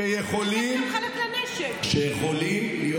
שיכולים להיות,